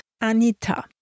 ANITA